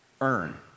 earn